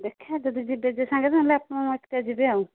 ଦେଖିଆ ଯଦି ଯିବେ ସେ ସାଙ୍ଗେ ସାଙ୍ଗେ ନହେଲେ ମୁଁ ଏକା ଯିବି ଆଉ